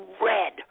red